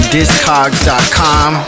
Discogs.com